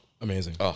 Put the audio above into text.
Amazing